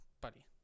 buddy